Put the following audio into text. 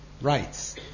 rights